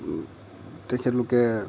তেখেতলোকে